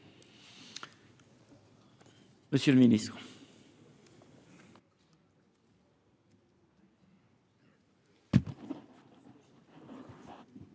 monsieur le ministre